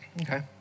Okay